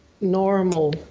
normal